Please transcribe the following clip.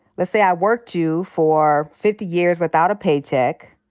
let's say i worked you for fifty years without a paycheck.